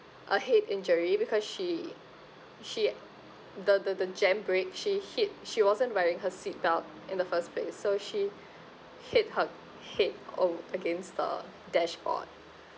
a head injury because she she the the the jam brake she hit she wasn't wearing her seat belt in the first place so she hit her head o~ against the dashboard